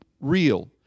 real